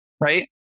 right